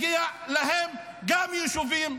שגם להם מגיעים יישובים.